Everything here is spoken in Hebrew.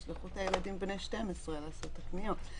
הם ישלחו את הילדים בני 12 לעשות את הקניות.